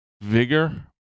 Vigor